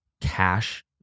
cash